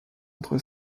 entre